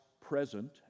present